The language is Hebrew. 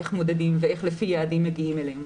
איך מודדים ואיך לפי יעדים מגיעים אליהם,